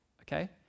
okay